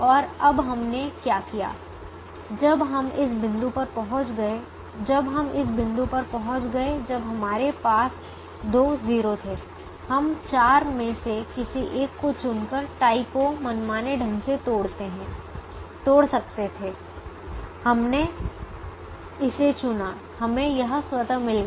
तो अब हमने क्या किया जब हम इस बिंदु पर पहुंच गए जब हम इस बिंदु पर पहुंच गए जब हमारे पास दो 0 थे हम 4 में से किसी एक को चुनकर टाई को मनमाने ढंग से तोड़ सकते थे हमने इसे चुना हमें यह स्वतः मिल गया